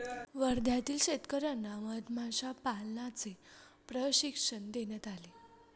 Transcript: वर्ध्यातील शेतकर्यांना मधमाशा पालनाचे प्रशिक्षण देण्यात आले